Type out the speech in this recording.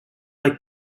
like